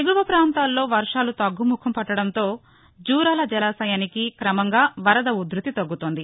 ఎగువ ప్రాంతాల్లో వర్వాలు తగ్గుముఖం పట్టడంతో జూరాల జలాశయానికి క్రమంగా వరద ఉధ్భతి తగ్గతోంది